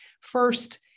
first